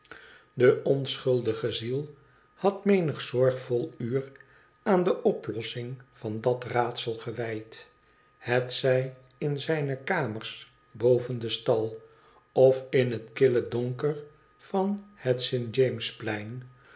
de onschuldige ziel had menig zorgvol uur aan de oplossing van dat raadsel gewijd hetzij in zijne kamers boven den stal of in het kille donker van het